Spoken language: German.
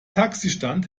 taxistand